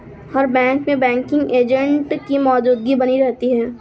हर bank में banking agent की मौजूदगी बनी रहती है